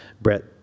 Brett